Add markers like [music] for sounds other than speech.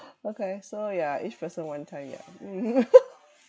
okay so ya each person one time ya [laughs]